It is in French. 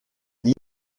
livre